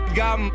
got